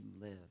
live